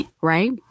Right